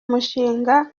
mushinga